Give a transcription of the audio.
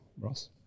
Ross